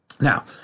Now